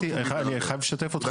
אני חייב לשתף אתכם,